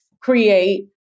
create